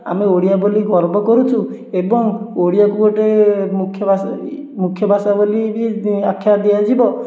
ଆମେ ଓଡ଼ିଆ ବୋଲି ଗର୍ବ କରୁଛୁ ଏବଂ ଓଡ଼ିଆକୁ ଗୋଟେ ମୁଖ୍ୟ ଭାଷା ମୁଖ୍ୟ ଭାଷା ବୋଲି ବି ଆଖ୍ୟା ଦିଆଯିବ